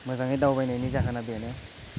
मोजाङै दावबायनायनि जाहोना बेनो